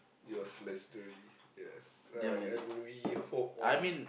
it was legenedary yes uh and we hope on